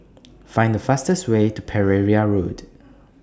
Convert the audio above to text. Find The fastest Way to Pereira Road